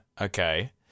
Okay